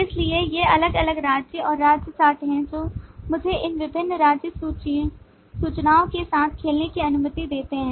इसलिए ये अलग अलग राज्य और राज्य चार्ट हैं जो मुझे इन विभिन्न राज्य सूचनाओं के साथ खेलने की अनुमति देते हैं